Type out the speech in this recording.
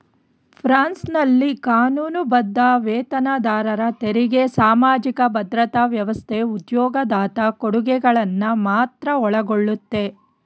ಫ್ರಾನ್ಸ್ನಲ್ಲಿ ಕಾನೂನುಬದ್ಧ ವೇತನದಾರರ ತೆರಿಗೆ ಸಾಮಾಜಿಕ ಭದ್ರತಾ ವ್ಯವಸ್ಥೆ ಉದ್ಯೋಗದಾತ ಕೊಡುಗೆಗಳನ್ನ ಮಾತ್ರ ಒಳಗೊಳ್ಳುತ್ತೆ